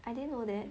I didn't know that